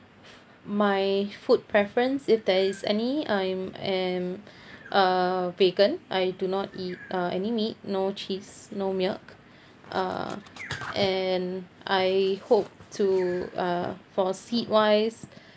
my food preference if there is any I'm am a vegan I do not eat uh any meat no cheese no milk uh and I hope to uh for seat wise